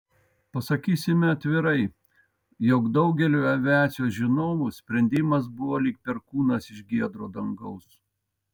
pasakysime atvirai jog daugeliui aviacijos žinovų sprendimas buvo lyg perkūnas iš giedro dangaus